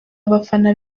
abafana